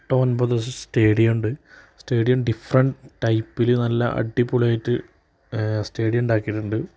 സ്റ്റേഡിയമുണ്ട് stadium different ടൈപ്പിൽ നല്ല അടിപൊളിയായിട്ട് സ്റ്റേഡിയം ഉണ്ടാക്കിയിട്ടുണ്ട്